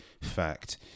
fact